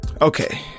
Okay